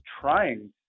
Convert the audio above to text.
trying